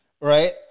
Right